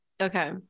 okay